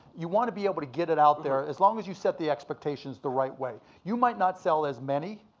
you wanna be able to get it out there. as long as you set the expectations the right way. you might not sell as many,